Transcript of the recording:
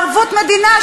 בערבות מדינה,